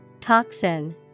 Toxin